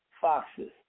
foxes